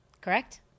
Correct